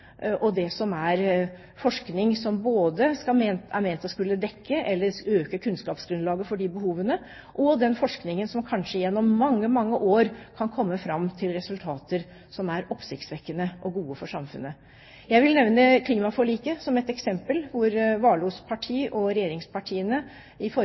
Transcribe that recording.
og det som er forskning som er ment å skulle dekke – eller øke – kunnskapsgrunnlaget for de behovene, og den forskningen som kanskje gjennom mange, mange år kan komme fram til resultater som er oppsiktsvekkende og gode for samfunnet. Jeg vil nevne klimaforliket som et eksempel, hvor Warloes parti og regjeringspartiene i